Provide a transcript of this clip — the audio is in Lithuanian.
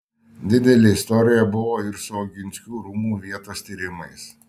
didelė istorija buvo ir su oginskių rūmų vietos tyrimais